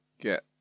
get